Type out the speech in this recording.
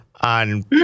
on